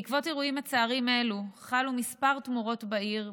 בעקבות אירועים מצערים אלה חלו כמה תמורות בעיר,